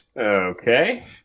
Okay